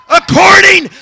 according